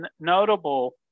notable